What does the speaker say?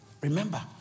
remember